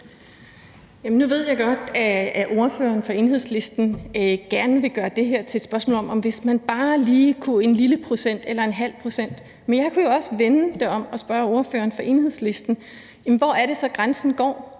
Nu ved jeg godt, at ordføreren for Enhedslisten gerne vil gøre det her til et spørgsmål om, at man bare lige kunne gøre noget i forhold til 1 pct. eller ½ pct. Men jeg kunne jo også vende det om og spørge ordføreren for Enhedslisten: Hvor er det så, grænsen går?